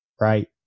right